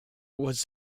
was